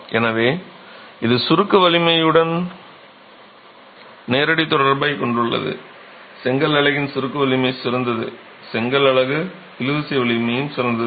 எனவே இது சுருக்க வலிமையுடன் நேரடித் தொடர்பைக் கொண்டுள்ளது செங்கல் அலகின் சுருக்க வலிமை சிறந்தது செங்கல் அலகு இழுவிசை வலிமை சிறந்தது